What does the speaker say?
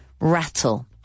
rattle